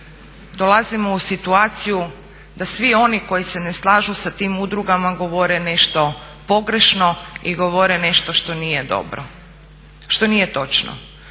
dolazimo u situaciju da svi oni koji se ne slažu sa tim udrugama govore nešto pogrešno i govore nešto što nije dobro,